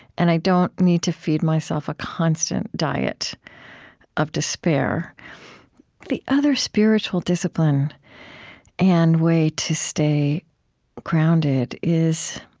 and i don't need to feed myself a constant diet of despair the other spiritual discipline and way to stay grounded is